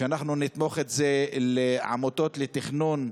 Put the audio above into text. יש לנו אלפי סטודנטים שלומדים באוניברסיטאות בג'נין,